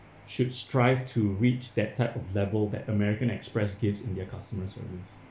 should strive to reach that type of level that American Express gives in their customer service